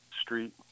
street